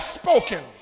spoken